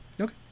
Okay